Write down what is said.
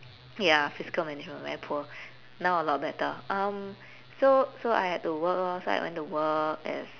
ya fiscal management very poor now a lot better um so so I had to work lor so I went to work as